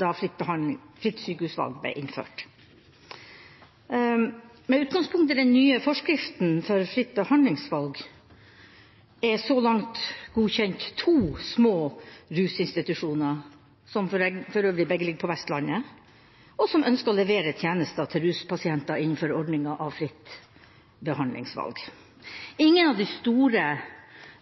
da fritt sykehusvalg ble innført. Med utgangspunkt i den nye forskriften for fritt behandlingsvalg er så langt to små rusinstitusjoner godkjent – som for øvrig begge ligger på Vestlandet – som ønsker å levere tjenester til ruspasienter innenfor ordninga med fritt behandlingsvalg. Ingen av de store